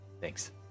Thanks